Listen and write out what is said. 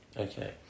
Okay